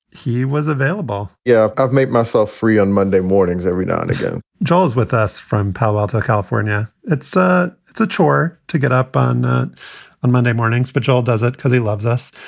he was available. yeah i've made myself free on monday mornings every now and again charles with us from palo alto, california. it's ah it's a chore to get up on a monday morning special, does it? because he loves us.